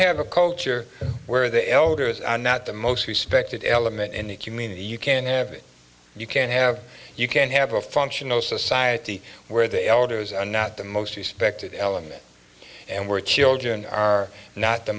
have a culture where the elders are not the most respected element in the community you can't have it you can't have you can't have a functional society where the elders and not the most respected element and we're children are not the